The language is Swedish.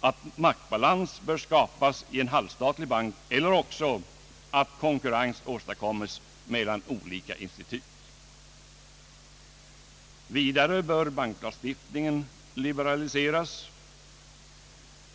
att maktbalans skapas i en halvstatlig bank eller också att konkurrens åstadkommes mellan olika institut. Vidare bör banklagstiftningen liberaliseras.